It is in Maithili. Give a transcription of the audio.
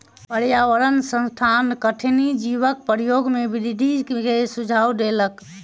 पर्यावरण संस्थान कठिनी जीवक उपयोग में वृद्धि के सुझाव देलक